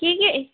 কি কি